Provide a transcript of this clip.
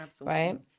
right